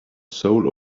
soul